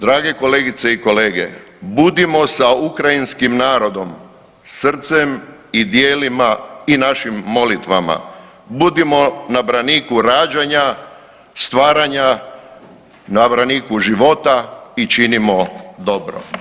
Drage kolegice i kolege, budimo sa ukrajinskim narodom srcem i djelima i našim molitvama, budimo na braniku rađanja, stvaranja, na braniku života i činimo dobro.